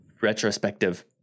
retrospective